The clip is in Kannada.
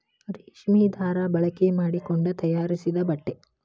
ರೇಶ್ಮಿ ದಾರಾ ಬಳಕೆ ಮಾಡಕೊಂಡ ತಯಾರಿಸಿದ ಬಟ್ಟೆ